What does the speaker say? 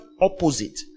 opposite